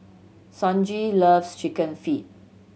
Sonji loves Chicken Feet